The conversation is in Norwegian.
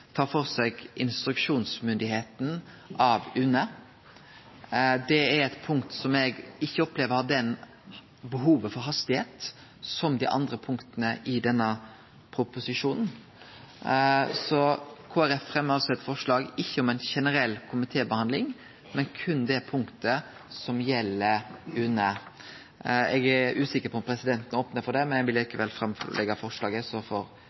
tar for seg instruksjonsmyndigheita av UNE. Det er eit punkt som eg ikkje opplever har det behovet for hastigheit som dei andre punkta i denne proposisjonen. Kristeleg Folkeparti fremjar altså eit forslag ikkje om ei generell komitébehandling, men berre om det punktet som gjeld UNE. Eg er usikker på om presidenten opnar for det, men eg vil likevel leggje fram forslaget, så